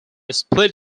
split